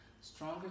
Stronger